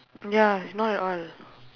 ya it's not at all